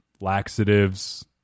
laxatives